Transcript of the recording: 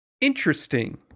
interesting